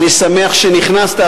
אני שמח שנכנסת,